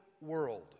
world